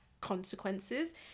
consequences